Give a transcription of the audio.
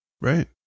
Right